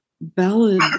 ballad